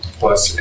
plus